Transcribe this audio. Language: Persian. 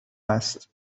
است